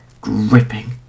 gripping